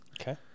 Okay